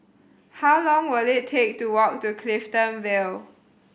how long will it take to walk to Clifton Vale